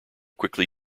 quickly